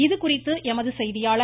இதுகுறித்து எமது செய்தியாளர்